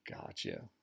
Gotcha